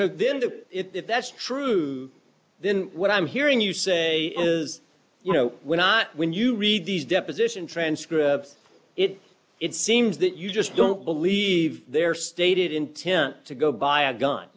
so then to if that's true then what i'm hearing you say is you know we're not when you read these deposition transcripts it it seems that you just don't believe their stated intent to go buy a gun